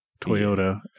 Toyota